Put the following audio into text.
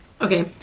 Okay